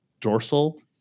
dorsal